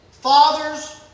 Fathers